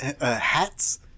hats